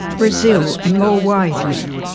brazil and more widely.